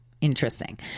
Interesting